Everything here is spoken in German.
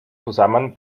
zusammen